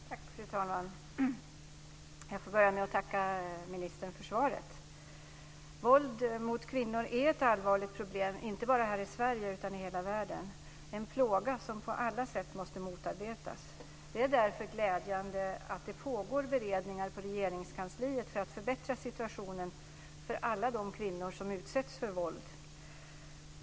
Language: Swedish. Fru talman! Jag får börja med att tacka ministern för svaret. Våld mot kvinnor är ett allvarligt problem inte bara här i Sverige utan i hela världen. Det är en plåga som måste motarbetas på alla sätt. Det är därför glädjande att det pågår utredningar på Regeringskansliet för att förbättra situationen för alla de kvinnor som utsätts för våld.